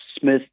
Smith